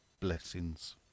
Blessings